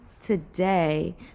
today